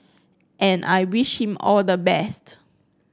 and I wish him all the best